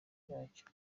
yacyo